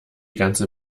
ganze